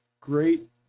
Great